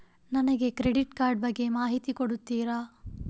ನನಗೆ credit card ಬಗ್ಗೆ ಮಾಹಿತಿ ಕೊಡುತ್ತೀರಾ?